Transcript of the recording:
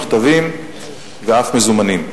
מכתבים ואף מזומנים.